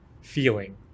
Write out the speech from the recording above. feeling